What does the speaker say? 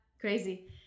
crazy